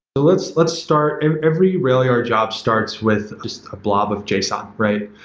but let's let's start every railyard job starts with just a blog of json, right?